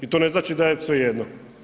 I to ne znači da je svejedno.